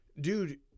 Dude